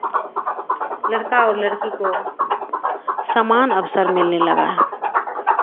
लड़का और लड़की को समान अवसर मिलने लगा है